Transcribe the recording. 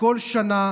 בכל שנה